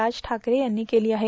राज ठाकरे यांनी केली आहे